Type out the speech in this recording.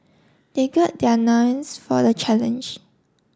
they gird their loins for the challenge